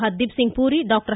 Hardeep Singh puri doctor